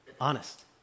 Honest